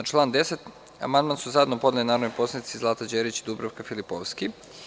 Na član 10. amandman su zajedno podneli narodni poslanici Zlata Đerić i Dubravka Filipovski.